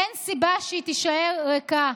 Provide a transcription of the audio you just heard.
אין סיבה שהיא תישאר ריקה.